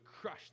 crush